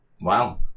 Wow